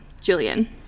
julian